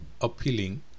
appealing